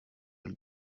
elle